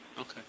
Okay